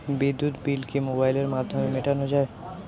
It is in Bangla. বিদ্যুৎ বিল কি মোবাইলের মাধ্যমে মেটানো য়ায়?